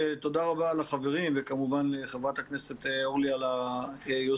תודה רבה על החברים וכמובן לחה"כ אורלי על היוזמה.